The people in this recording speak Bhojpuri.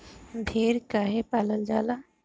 भेड़ काहे पालल जाला?